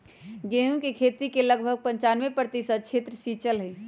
गेहूं के खेती के लगभग पंचानवे प्रतिशत क्षेत्र सींचल हई